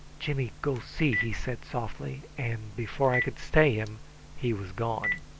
jimmy go see, he said softly and before i could stay him he was gone.